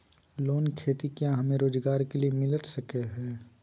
Loan खेती क्या हमें रोजगार के लिए मिलता सकता है?